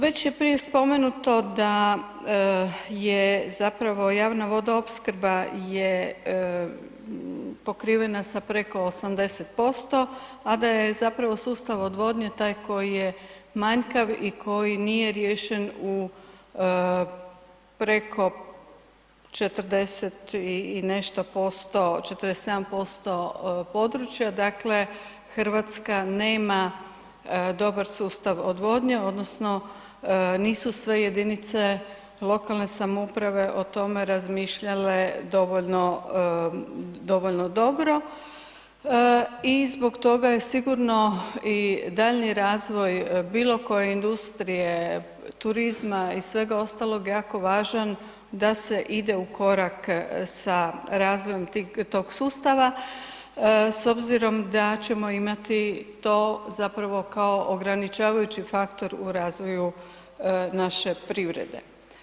Već je prije spomenuto da je zapravo javna vodoopskrba je pokrivena sa preko 80%, a da je zapravo sustav odvodnje taj koji je manjkav i koji nije riješen u preko 40 i nešto %, 47% područja, dakle, RH nema dobar sustav odvodnje odnosno nisu sve jedinice lokalne samouprave o tome razmišljale dovoljno dobro i zbog toga je sigurno i daljnji razvoj bilo koje industrije, turizma i svega ostalog, jako važan da se ide u korak sa razvojem tog sustava s obzirom da ćemo imati to zapravo kao ograničavajući faktor u razvoju naše privrede.